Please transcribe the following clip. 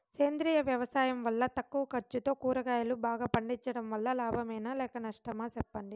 సేంద్రియ వ్యవసాయం వల్ల తక్కువ ఖర్చుతో కూరగాయలు బాగా పండించడం వల్ల లాభమేనా లేక నష్టమా సెప్పండి